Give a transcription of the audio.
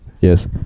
Yes